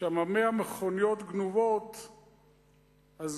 100 מכוניות גנובות שם,